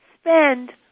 spend